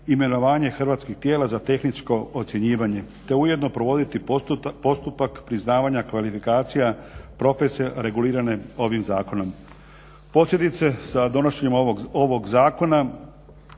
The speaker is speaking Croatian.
imenovanje hrvatskih tijela za tehničko ocjenjivanje te ujedno provoditi postupak priznavanja kvalifikacija profesija regulirane ovim zakonom. Posebice sa donošenjem ovog zakona